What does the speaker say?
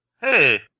Hey